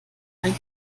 ein